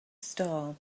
star